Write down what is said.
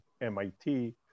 MIT